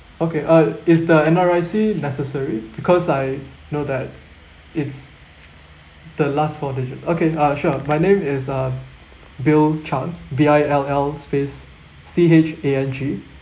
okay uh is the N_R_I_C necessary because I know that it's the last four digits okay ah sure my name is uh bill chang B I L L space C H A N G